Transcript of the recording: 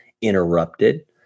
interrupted